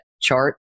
chart